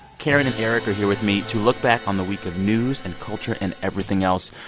karen and eric are here with me to look back on the week of news and culture and everything else.